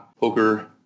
poker